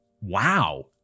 Wow